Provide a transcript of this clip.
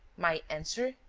my answer?